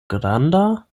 granda